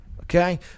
Okay